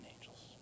angels